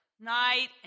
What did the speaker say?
night